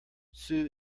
sue